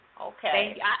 okay